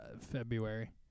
February